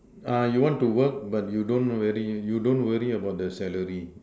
you want to work but you don't worry don't worry about the salary